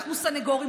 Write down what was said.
שאנחנו סנגורים,